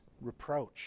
reproach